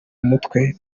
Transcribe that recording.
mutwe